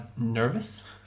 nervous